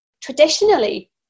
traditionally